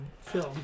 film